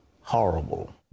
horrible